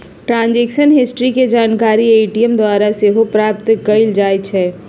transaction history के जानकारी ATM द्वारा सेहो प्राप्त कएल जाइ छइ